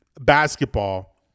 basketball